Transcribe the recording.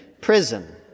prison